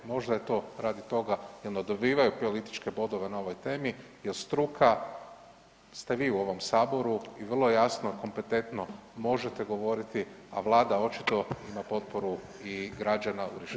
Možda je to radi toga jer ne dobivaju političke bodove na ovoj temi jer struka ste vi u ovom saboru i vrlo jasno, kompetentno možete govoriti, a Vlada očito ima potporu i građana [[Upadica: Vrijeme.]] u